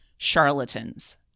charlatans